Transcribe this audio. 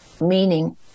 Meaning